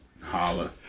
Holla